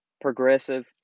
progressive